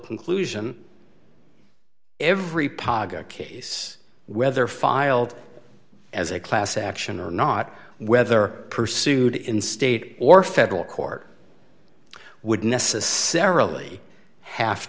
conclusion every paga case whether filed as a class action or not whether pursued in state or federal court would necessarily have